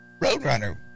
Roadrunner